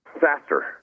Faster